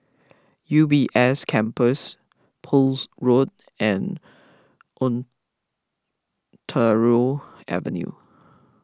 U B S Campus Poole Road and Ontario Avenue